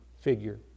figure